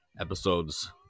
episodes